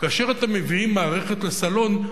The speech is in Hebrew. כאשר אתם מביאים מערכת לסלון,